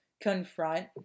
confront